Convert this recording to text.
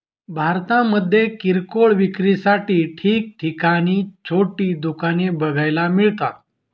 भारतामध्ये किरकोळ विक्रीसाठी ठिकठिकाणी छोटी दुकाने बघायला मिळतात